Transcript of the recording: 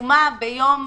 שסיומה ביום